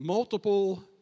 multiple